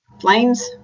Flames